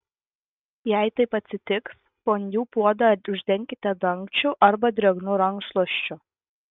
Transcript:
jei taip atsitiks fondiu puodą uždenkite dangčiu arba drėgnu rankšluosčiu